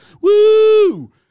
Woo